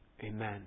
Amen